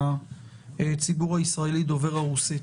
לציבור הישראלי דובר הרוסית